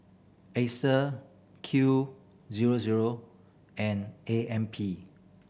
Acer Q zero zero and A M P